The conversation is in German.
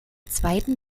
zweiten